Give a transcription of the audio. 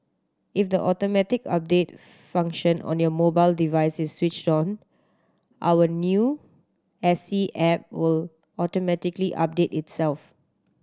if the automatic update function on your mobile device is switched on our new S T app will automatically update itself